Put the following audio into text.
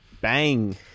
Bang